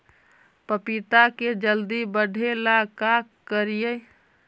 पपिता के जल्दी बढ़े ल का करिअई?